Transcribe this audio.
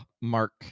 mark